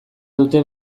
dute